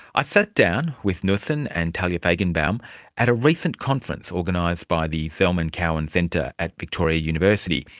i sat down with nussen and talya faigenbaum at a recent conference organised by the zelman cowen centre at victoria university.